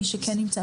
מי שכן נמצא,